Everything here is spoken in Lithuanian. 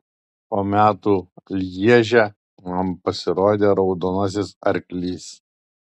po metų lježe man pasirodė raudonasis arklys